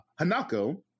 Hanako